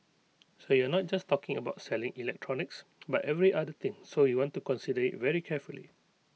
so you're not just talking about selling electronics but every other thing so we want to consider IT very carefully